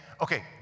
okay